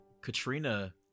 katrina